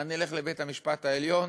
מה, נלך לבית-המשפט העליון?